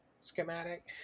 schematic